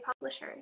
publishers